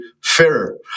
fairer